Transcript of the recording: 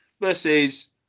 versus